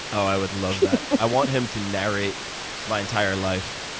i would love that. i want him to narrate my entire life